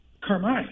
Carmine